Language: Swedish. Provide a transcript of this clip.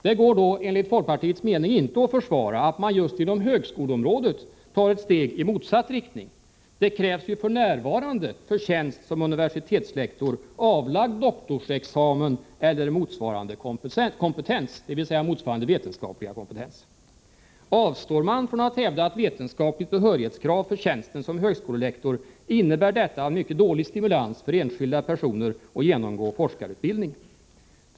Det går då enligt folkpartiets mening inte att försvara att man just inom högskoleområdet tar ett steg i motsatt riktning. Det krävs ju f.n. för tjänst som universitetslektor avlagd doktorsexamen eller motsvarande kompetens, dvs. motsvarande vetenskapliga kompetens. Avstår man från att hävda vetenskapligt behörighetskrav för tjänsten som högskolelektor, innebär detta en mycket dålig stimulans för enskilda personer att genomgå forskarutbildning.